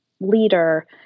leader